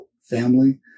family